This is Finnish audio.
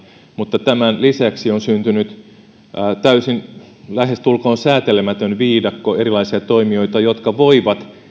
mutta tämän lisäksi on syntynyt lähestulkoon täysin säätelemätön viidakko erilaisia toimijoita jotka voivat